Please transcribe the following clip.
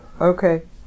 okay